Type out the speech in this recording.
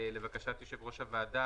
לבקשת יושב-ראש הוועדה,